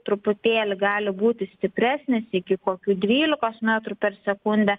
truputėlį gali būti stipresnis iki kokių dvylikos metrų per sekundę